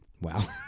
wow